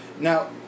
Now